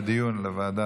שמונה בעד,